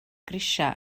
grisiau